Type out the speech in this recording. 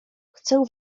chcę